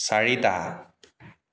চাৰিটা